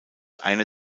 einer